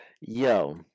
Yo